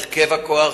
הרכב הכוח,